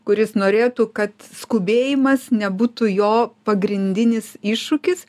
kuris norėtų kad skubėjimas nebūtų jo pagrindinis iššūkis